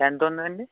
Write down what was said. ఎంత ఉందండి